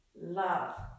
love